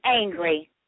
angry